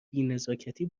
بینزاکتی